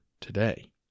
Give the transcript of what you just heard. today